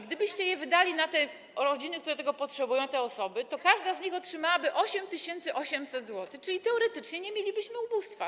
Gdybyście je wydali na te rodziny, które tego potrzebują, te osoby, to każda z nich otrzymałaby 8800 zł, czyli teoretycznie nie mielibyśmy ubóstwa.